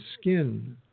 skin